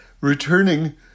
returning